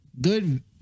good